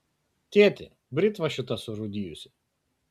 tėti britva šita surūdijusi